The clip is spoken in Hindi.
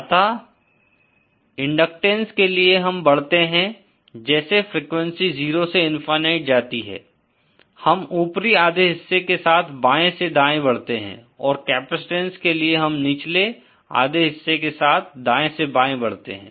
अतः इनडकटेंस के लिए हम बढ़ते हैं जैसे फ्रीक्वेंसी 0 से इनफ़ायनाईट जाती है हम ऊपरी आधे हिस्से के साथ बाये से दाये बढ़ते हैं और कैपैसिटंस के लिए हम निचले आधे हिस्से के साथ दाये से बाये बढ़ते हैं